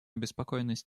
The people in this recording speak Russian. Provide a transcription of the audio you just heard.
обеспокоенность